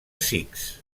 sikhs